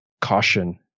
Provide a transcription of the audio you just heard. caution